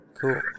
Cool